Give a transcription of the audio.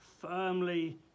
firmly